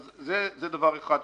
זה דבר אחד.